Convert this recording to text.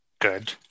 good